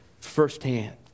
firsthand